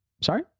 Sorry